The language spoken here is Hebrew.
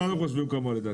כולנו חושבים כמוה, לדעתי.